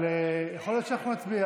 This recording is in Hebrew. אבל יכול להיות שאנחנו נצביע